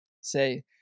Say